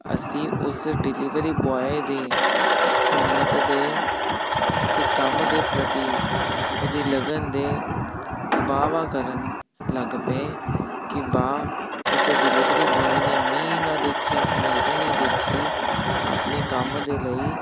ਅਸੀਂ ਉਸ delivery boy ਦੀ ਹਿੰਮਤ ਦੇ ਅਤੇ ਕੰਮ ਦੇ ਪ੍ਰਤੀ ਉਹਦੀ ਲਗਨ ਦੇ ਵਾਹ ਵਾਹ ਕਰਨ ਲੱਗ ਪਏ ਕਿ ਵਾਹ ਇਸ ਡਿਲੀਵਰੀ ਬੋਆਏ ਨੇ ਮੀਂਹ ਨਾ ਦੇਖਿਆ ਹਨੇਰੀ ਨਹੀਂ ਦੇਖੀ ਆਪਣੇ ਕੰਮ ਦੇ ਲਈ